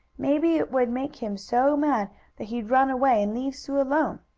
maybe it would make him so mad that he'd run away and leave sue alone,